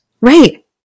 right